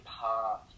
path